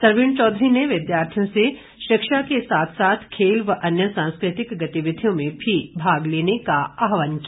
सरवीण चौधरी ने विद्यार्थियों से शिक्षा के साथ साथ खेल व अन्य सांस्कृतिक गतिविधियों में भी भाग लेने का आह्वान किया